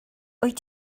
wyt